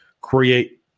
create